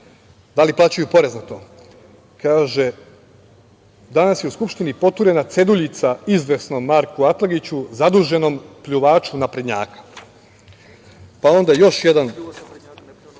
Da li plaćaju porez na to? Kaže: „Danas je u Skupštini poturena ceduljica izvesnom Marku Atlagiću, zaduženom pljuvaču naprednjaka“.Još jedan